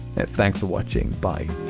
thanks for watching, bye.